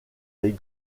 les